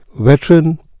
veteran